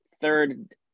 third